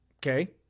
Okay